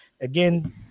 again